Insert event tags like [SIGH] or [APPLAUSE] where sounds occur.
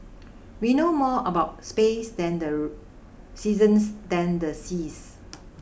we know more about space than the [UNINTELLIGIBLE] seasons than the seas